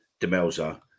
Demelza